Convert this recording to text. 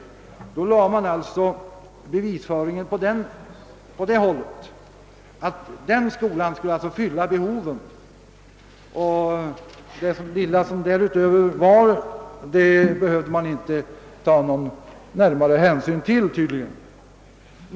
Argumenteringen var alltså den gången att Norrköpingsskolan skulle fylla behoven; det lilla som därutöver var, behövde man inte ta någon större hänsyn till.